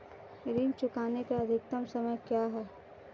ऋण चुकाने का अधिकतम समय क्या है?